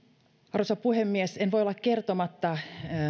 arvoisa puhemies en voi olla kertomatta